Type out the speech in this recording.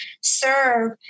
serve